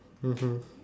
mmhmm